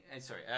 sorry